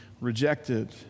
rejected